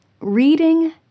reading